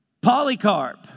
Polycarp